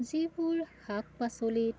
যিবোৰ শাক পাচলিত